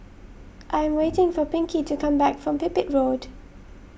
I am waiting for Pinkie to come back from Pipit Road